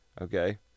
okay